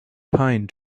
pine